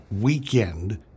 weekend